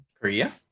Korea